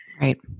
right